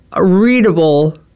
readable